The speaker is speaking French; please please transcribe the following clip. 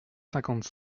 cinquante